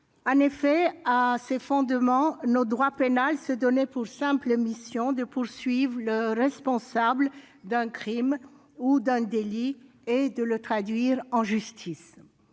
En effet, dans ses fondements, notre droit pénal se donnait simplement pour mission de poursuivre le responsable d'un crime ou d'un délit et de le traduire en justice.